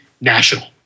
national